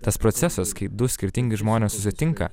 tas procesas kaip du skirtingi žmonės susitinka